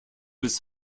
his